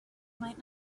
might